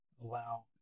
allow